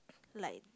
like